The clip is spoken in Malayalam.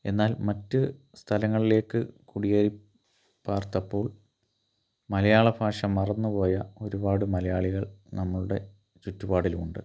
എന്നാൽ മറ്റു സ്ഥലങ്ങളിലേക്ക് കുടിയേറി പാര്ത്തപ്പോള് മലയാള ഭാഷ മറന്നുപോയ ഒരുപാട് മലയാളികൾ നമ്മളുടെ ചുറ്റുപാടിലുമുണ്ട്